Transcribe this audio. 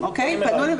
והם פנו אלינו,